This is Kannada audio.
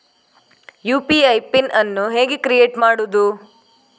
ಯು.ಪಿ.ಐ ಪಿನ್ ಅನ್ನು ಹೇಗೆ ಕ್ರಿಯೇಟ್ ಮಾಡುದು?